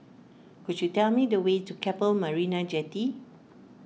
could you tell me the way to Keppel Marina Jetty